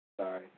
Sorry